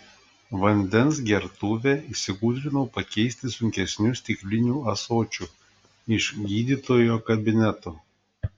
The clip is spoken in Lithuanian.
vandens gertuvę įsigudrinau pakeisti sunkesniu stikliniu ąsočiu iš gydytojo kabineto